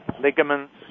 ligaments